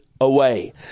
away